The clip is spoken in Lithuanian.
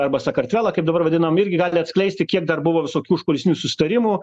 arba sakartvelą kaip dabar vadinam irgi gali atskleisti kiek dar buvo visokių užkulisinių susitarimų